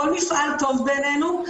כל מפעל טוב בעינינו.